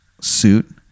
suit